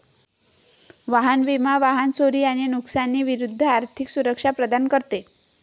वाहन विमा वाहन चोरी आणि नुकसानी विरूद्ध आर्थिक सुरक्षा प्रदान करते